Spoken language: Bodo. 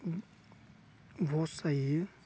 बस जाहैयो